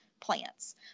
plants